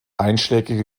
einschlägige